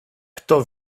kto